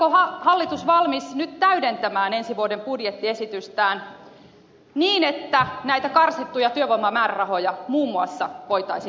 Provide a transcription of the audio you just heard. onko hallitus valmis nyt täydentämään ensi vuoden budjettiesitystään niin että näitä karsittuja työvoimamäärärahoja muun muassa voitaisiin lisätä